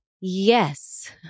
Yes